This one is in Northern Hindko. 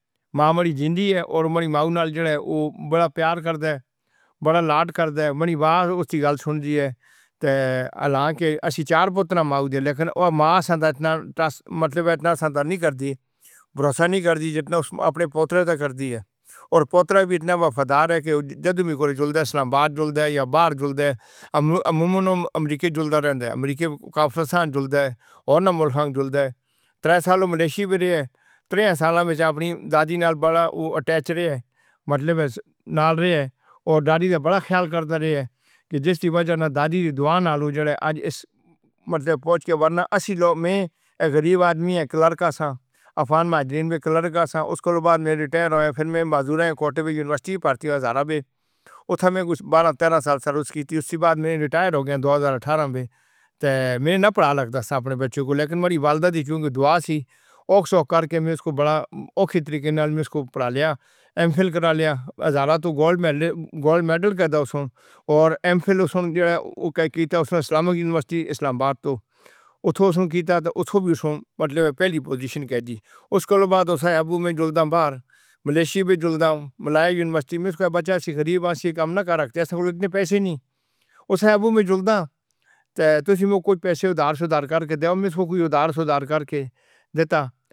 تے او پڑھنے نے بجائے اس نے متھا لگ گئے نین۔ کوئی کے کردا اے، کوئی کے کردا اے، لیکن اس دے مقابلے وچ اسساں دی زندگی بڑی اچھی آ سی، بڑا حیا تھا، بڑا شرم تھا۔ ہن نہ حیا اے نہ شرم اے، نہ کج ہے۔ اس ویلے اسسی پیو دے مقا، پیو نال اسسی بے نہ دے سیاں۔ والدہ نے سامنے کھل نہ دے سیاں۔ جب کے مڑی شادی ہوئی، دو ہزار اننیس سو اٹھا سسی وچ، تے میں شرما نال ما ڑا والد صاحب فوت ہو گیا ساں۔ تے ماڑی ماں زندہ سی تے میں ماڑی ماں دی شرما نال اپنا بچہ، ہیک بچہ یا سا ماڑا، جیڑا اس ویلے ڈاکٹر اے، ڈاکر محسن اختر خا ں نا م ہے اس نا۔ تے! بحریہ یونیورسٹی وچ سسٹم پروفیسر اے۔ اس کو میں شرما نال وی نہ چا کیاں ، اور اوسدوں جوان ہوگیا ہے اسدی شادی ہوگئی اور میں مطلب ہے اپنی بیوی نال اپنی ماوُ دے سامنے کدھی وی کہننا کے، روٹی بے کے نہیں کھادی۔ اور بیوی کو کدھی وی ماں دے سامنے کمما دا نی آخیا۔ اور جیڑا ہے ماو نا بڑا احترام کردے آ سیاں، والد نا بڑا احترام کردے آ سیاں۔ شرم حیا ساں۔ تے اج کل نے بچے جیڑے ہن، او شادی کردے اے ہک دم آخدے ہن، پپا تولیہ کدھر ہے؟ صو بون کوتھے ہی؟ یہ، وہ! اے بڑی! مطلب ہے کہ بڑا برا کم اے یہ۔ تے اسساں دے ویلے بڑا حیا تھا، بڑا شرم آ ساں۔ تے! اسسی والدہ دے مطلب، والدہ سی نہ تے والدہ سی، والدہ تے سامنے وی اپنے بچے کو نی چا یا جیڑا جوان ہوگیا، اور بچے نے وی ذہناں وچ نی سوچیا کہ بھئی ماڑے پیو میں چلایا یا نی، اسکو پتہ ہے، ما، ماڑے کولوں زیادہ پیار اپنی دادی نال کردا اے۔ اور ہن وی ماری والدہ زندہ ہے۔